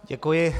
Děkuji.